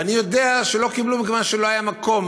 ואני יודע שלא קיבלו מכיוון שלא היה מקום,